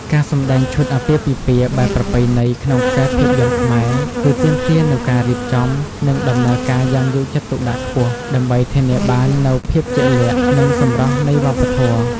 ការសម្ដែងឈុតអាពាហ៍ពិពាហ៍បែបប្រពៃណីក្នុងខ្សែភាពយន្តខ្មែរ គឺទាមទារនូវការរៀបចំ និងដំណើរការយ៉ាងយកចិត្តទុកដាក់ខ្ពស់ ដើម្បីធានាបាននូវភាពជាក់លាក់ និងសម្រស់នៃវប្បធម៌។